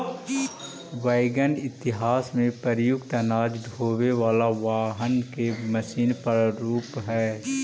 wagon इतिहास में प्रयुक्त अनाज ढोवे वाला वाहन के मशीन प्रारूप हई